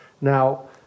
Now